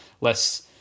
less